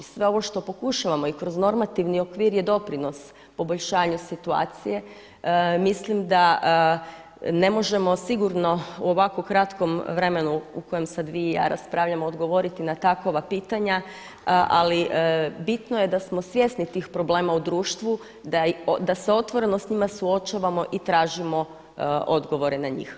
Sve ovo što pokušavamo i kroz normativni okvir je doprinos poboljšanju situacije, mislim da ne možemo sigurno u ovako kratkom vremenu u kojem sada vi i ja raspravljamo odgovoriti na takova pitanja, ali bitno je da smo svjesni tih problema u društvu, da se otvoreno s njima suočavamo i tražimo odgovore na njih.